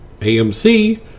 AMC